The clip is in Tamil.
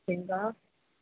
சரிங்கக்கா